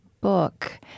book